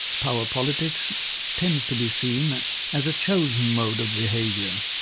power politics tends to be seen as chosen mode of behaviour,